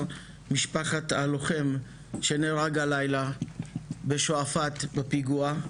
משפחת הלוחם שנהרג הלילה בשועפט בפיגוע.